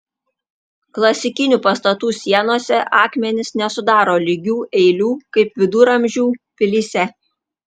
klasikinių pastatų sienose akmenys nesudaro lygių eilių kaip viduramžių pilyse